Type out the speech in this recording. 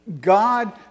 God